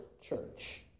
church